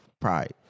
Pride